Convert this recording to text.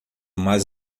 mas